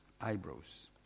eyebrows